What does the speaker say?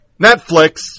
Netflix